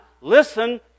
listen